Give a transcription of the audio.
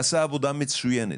שעשה עבודה מצוינת,